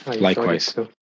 Likewise